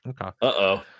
Uh-oh